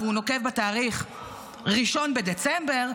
והוא נוקב בתאריך 1 בדצמבר,